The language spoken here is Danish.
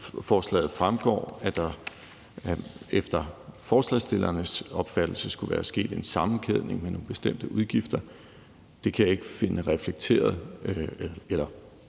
fremgår, at der efter forslagsstillernes opfattelse skulle være sket en sammenkædning med nogle bestemte udgifter. Det kan jeg ikke finde reflekteret eller